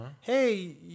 hey